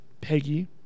Peggy